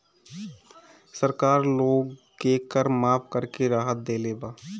सरकार लोग के कर माफ़ करके राहत देले बा